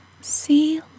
See